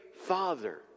Father